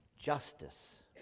justice